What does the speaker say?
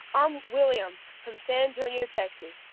i'm william from san antonio, texas.